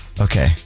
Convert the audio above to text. okay